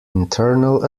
internal